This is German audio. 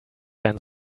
sein